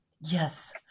Yes